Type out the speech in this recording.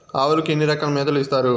ఆవులకి ఎన్ని రకాల మేతలు ఇస్తారు?